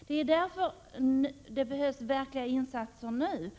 Det är därför som det nu behövs verkliga insatser.